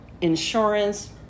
insurance